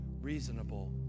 reasonable